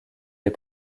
des